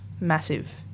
Massive